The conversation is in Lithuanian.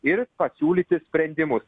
ir pasiūlyti sprendimus